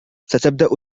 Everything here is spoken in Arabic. ستبدأ